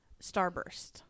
starburst